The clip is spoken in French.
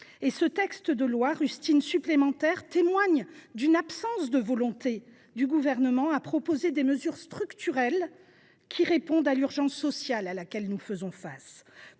Ce texte de loi, rustine supplémentaire, atteste l’absence de volonté du Gouvernement de proposer des mesures structurelles qui répondent à l’urgence sociale à laquelle nous faisons face.